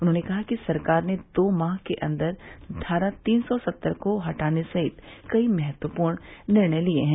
उन्होंने कहा कि सरकार ने दो माह के अंदर धारा तीन सौ सत्तर को हटाने सहित कई महत्वपूर्ण निर्णय लिये हैं